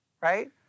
right